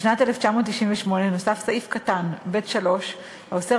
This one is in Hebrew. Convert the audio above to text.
בשנת 1998 נוסף סעיף קטן (ב3) האוסר